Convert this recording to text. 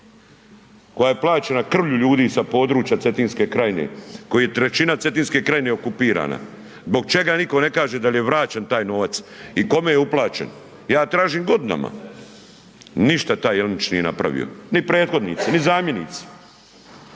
koja je plaćena krvlju ljudi sa područja Cetinske krajine koji trećina Cetinske krajine okupirana. Zbog čega niko ne kaže dal je vraćen taj novac i kome je uplaćen? Ja tražim godinama, ništa taj Jelenić nije napravio, ni prethodnici, ni zamjenici.